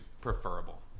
preferable